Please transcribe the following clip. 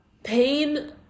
pain